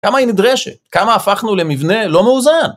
כמה היא נדרשת? כמה הפכנו למבנה לא מאוזן?